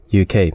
UK